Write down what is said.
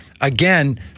again